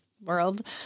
world